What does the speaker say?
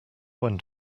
went